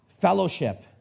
fellowship